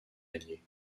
alliés